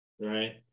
Right